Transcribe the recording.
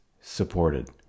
supported